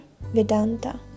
Vedanta